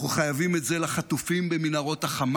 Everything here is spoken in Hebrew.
אנחנו חייבים את זה לחטופים במנהרות החמאס,